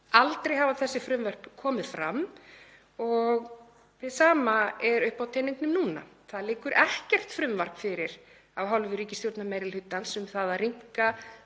aldrei hafa þessi frumvörp komið fram og hið sama er uppi á teningnum núna. Það liggur ekkert frumvarp fyrir af hálfu ríkisstjórnarmeirihlutans um að rýmka